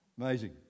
Amazing